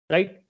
Right